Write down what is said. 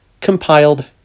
compiled